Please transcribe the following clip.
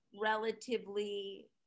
relatively